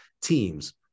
teams